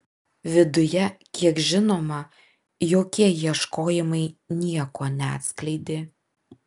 viduje kiek žinoma jokie ieškojimai nieko neatskleidė